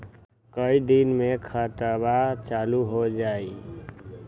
कई दिन मे खतबा चालु हो जाई?